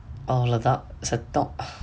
all about set talk